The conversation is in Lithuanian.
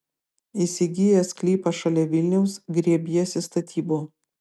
įsigijęs sklypą šalia vilniaus griebiesi statybų